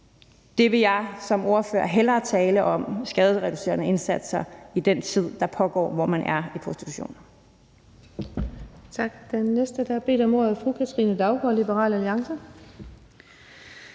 Det vil jeg som ordfører hellere tale om, altså skadesreducerende indsatser i den tid, der pågår, hvor man er i prostitution.